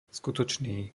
skutočný